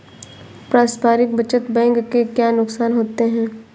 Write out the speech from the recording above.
पारस्परिक बचत बैंक के क्या नुकसान होते हैं?